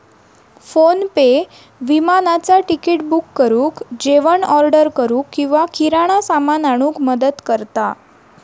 PhonePe विमानाचा ticket book करुक, जेवण ऑर्डर करूक किंवा किराणा सामान आणूक मदत करता